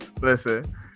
Listen